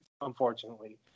unfortunately